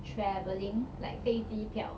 travelling like 飞机票